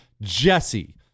JESSE